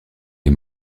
les